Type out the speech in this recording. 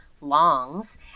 longs